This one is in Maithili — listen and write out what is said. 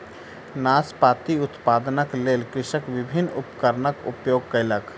नाशपाती उत्पादनक लेल कृषक विभिन्न उपकरणक उपयोग कयलक